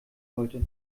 wollte